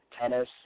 tennis